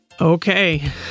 Okay